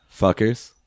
fuckers